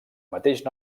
mateix